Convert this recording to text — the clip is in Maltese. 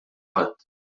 qatt